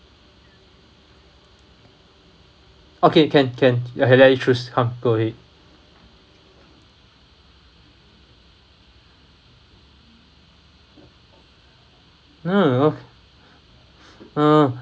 okay can can ya let you choose come go ahead uh